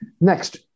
Next